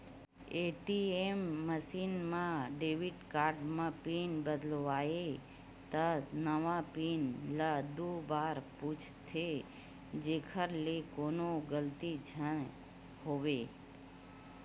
ATM machine म debit card म pin बदलबे त नवा पिन ल दू बार पूछथे जेखर ले कोनो गलती झन होवय